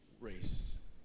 race